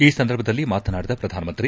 ಈ ಸಂದರ್ಭದಲ್ಲಿ ಮಾತನಾಡಿದ ಪ್ರಧಾನಮಂತ್ರಿ